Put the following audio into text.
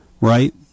Right